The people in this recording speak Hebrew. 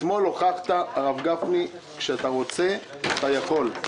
אתמול הוכחת, הרב גפני, שכאשר אתה רוצה אתה יכול.